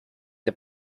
the